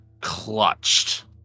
clutched